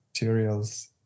materials